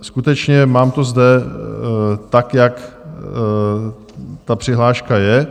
Skutečně mám to zde tak, jak ta přihláška je.